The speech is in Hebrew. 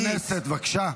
חברי הכנסת, בבקשה.